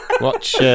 Watch